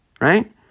right